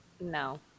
no